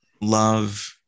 love